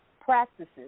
practices